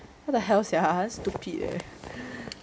what the hell sia stupid leh